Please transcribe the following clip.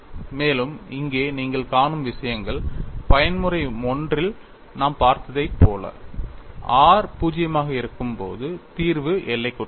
மேலும் இங்கே நீங்கள் காணும் விஷயங்கள் பயன்முறை I யில் நாம் பார்த்ததைப் போல r 0 ஆக இருக்கும்போது தீர்வு எல்லைக்குட்பட்டது